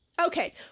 okay